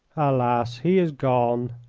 alas, he is gone!